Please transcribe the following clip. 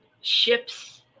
ships